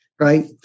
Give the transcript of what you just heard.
right